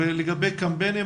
לגבי קמפיינים,